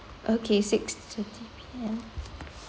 okay six thirty P_M